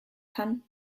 kann